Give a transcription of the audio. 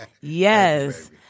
Yes